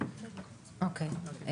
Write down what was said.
אוקי.